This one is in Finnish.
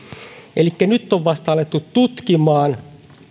elikkä nyt on vasta alettu tutkimaan